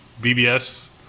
BBS